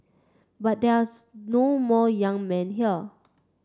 but there are no more young men here